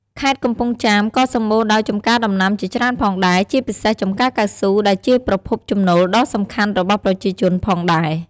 ខេត្តកំពង់ចាមក៏សម្បូរដោយចំការដំណាំជាច្រើនផងដែរ ជាពិសេសចំការកៅស៊ូ ដែលជាប្រភពចំណូលដ៏សំខាន់របស់ប្រជាជនផងដែរ។